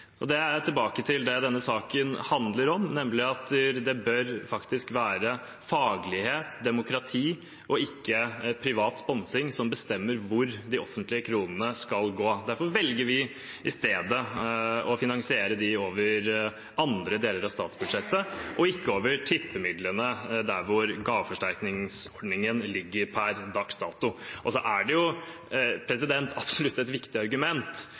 Da er jeg tilbake til det denne saken handler om, nemlig at det bør være faglighet og demokrati og ikke privat sponsing som bestemmer hvor de offentlige kronene skal gå. Derfor velger vi i stedet å finansiere dem over andre deler av statsbudsjettet – ikke over tippemidlene, der gaveforsterkningsordningen ligger per dags dato. Det er absolutt et viktig argument